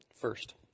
First